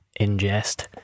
ingest